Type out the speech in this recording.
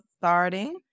starting